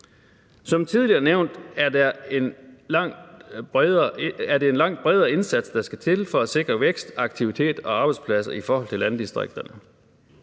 Som tidligere nævnt er det en langt bredere indsats, der skal til for at sikre vækst, aktivitet og arbejdspladser i forhold til landdistrikterne.